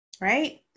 right